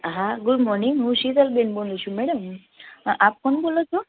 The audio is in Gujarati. હા ગુડ મોર્નિંગ હું શીતલ બેન બોલું છું મેડમ આપ કોણ બોલો છો